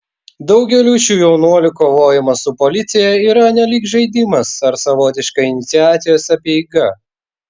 daugeliui šių jaunuolių kovojimas su policija yra nelyg žaidimas ar savotiška iniciacijos apeiga